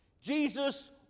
Jesus